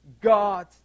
God